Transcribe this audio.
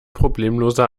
problemloser